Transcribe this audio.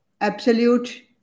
absolute